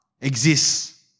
exists